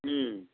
ம்